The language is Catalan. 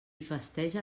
festeja